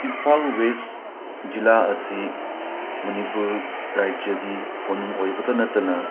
Imphal west ꯖꯤꯂꯥ ꯑꯁꯤ ꯃꯅꯤꯄꯨꯔ ꯔꯥꯏꯖꯒꯤ ꯀꯣꯅꯨꯡ ꯑꯣꯏꯕꯗ ꯅꯠꯇꯅ